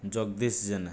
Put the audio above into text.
Jagdish Jena